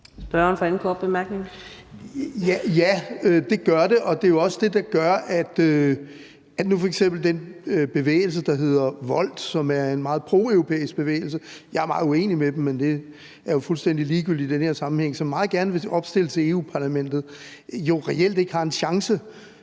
Ja, det gør det, og det er jo også det, der gør, at nu f.eks. den bevægelse, der hedder Volt, som er en meget proeuropæisk bevægelse – jeg er meget uenig med dem, men det er jo fuldstændig ligegyldigt i den her sammenhæng – og som meget gerne vil opstille til EU-Parlamentet, reelt ikke har en chance.